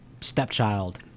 stepchild